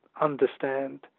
understand